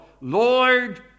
Lord